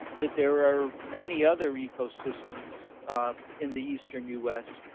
that there are many other ecosystems in the eastern u s.